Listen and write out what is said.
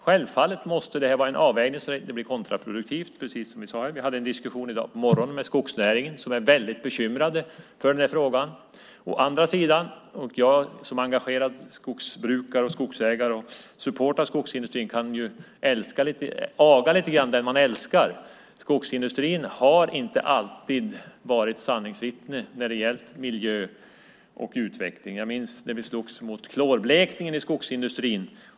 Självfallet måste detta vara en avvägning så att det inte blir kontraproduktivt, precis som vi sade. Vi hade en diskussion med skogsnäringen i dag på morgonen. Där är man väldigt bekymrad över denna fråga. Som engagerad skogsbrukare, skogsägare och supporter av skogsindustrin kan jag lite grann aga den jag älskar. Skogsindustrin har inte alltid varit sanningsvittne när det gällt miljö och utveckling. Jag minns när vi slogs mot klorblekningen i skogsindustrin.